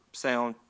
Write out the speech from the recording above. sound